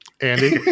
Andy